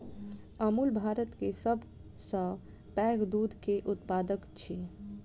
अमूल भारत के सभ सॅ पैघ दूध के उत्पादक अछि